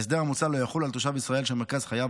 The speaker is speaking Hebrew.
ההסדר המוצע לא יחול על תושב ישראל שמרכז חייו